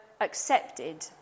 accepted